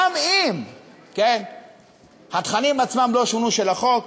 גם אם התכנים עצמם לא שונו, של החוק,